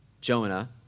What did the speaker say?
Jonah